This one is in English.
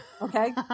okay